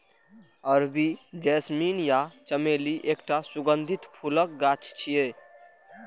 अरबी जैस्मीन या चमेली एकटा सुगंधित फूलक गाछ छियै